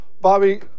Bobby –